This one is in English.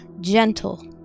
gentle